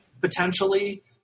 potentially